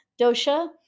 dosha